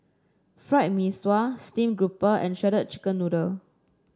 Fried Mee Sua stream grouper and Shredded Chicken Noodles